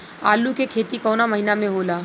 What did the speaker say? आलू के खेती कवना महीना में होला?